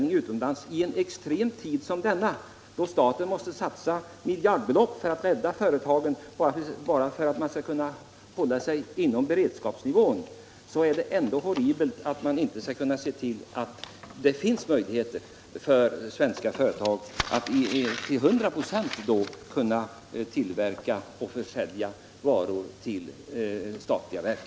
I en extrem tid som denna då staten måste satsa miljardbelopp för att rädda företagen bara för att man skall kunna hålla sig kvar på beredskapsnivån, är det ändå horribelt att man inte skall kunna se till att det finns möjligheter för svenska företag att närmast till 100 96 tillverka och försälja varor till statliga verk.